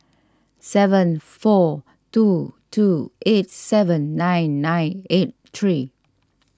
seven four two two eight seven nine nine eight three